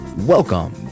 Welcome